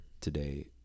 today